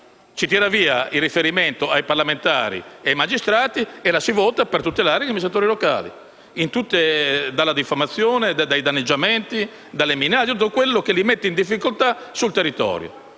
Si elimina il riferimento ai parlamentari e ai magistrati e la si vota per tutelare gli amministratori locali dalla diffamazione, dai danneggiamenti, dalle minacce e da tutto ciò che li mette in difficoltà sul territorio.